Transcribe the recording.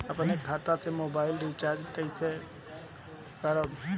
अपने खाता से मोबाइल रिचार्ज कैसे करब?